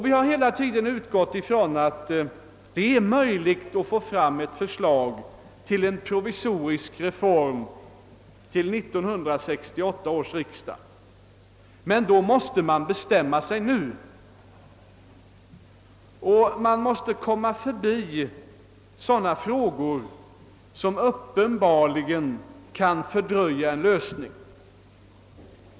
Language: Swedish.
Vi har hela tiden utgått ifrån att det är möjligt att lägga fram ett förslag till en provisorisk reform till 1968 års riksdag, men i så fall måste man bestämma sig nu och man måste försöka komma förbi sådana frågor som uppenbarligen kan fördröja en lösning.